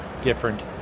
different